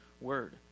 word